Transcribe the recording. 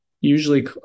usually